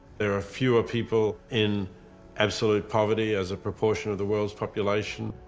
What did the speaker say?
there are fewer people in absolute poverty as a proportion of the world's population,